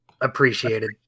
appreciated